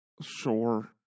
Sure